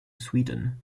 sweden